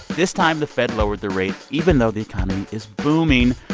this time, the fed lowered the rate even though the economy is booming.